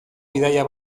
bidaia